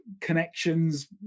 connections